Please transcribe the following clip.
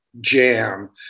jam